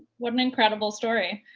what an incredible story.